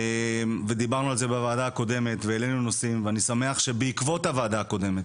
דיברנו על כך בישיבה הקודמת ואני שמח שבעקבותיה התקיימו